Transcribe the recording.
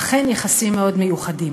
אכן, יחסים מאוד מיוחדים.